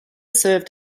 served